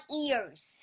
ears